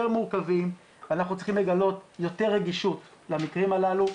מורכבים ואנחנו צריכים לגלות יותר רגישות למקרים הללו,